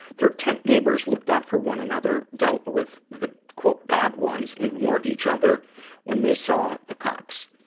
their tent neighbors looked out for one another, dealt with the bad ones and warned each other when they saw the cops.